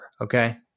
okay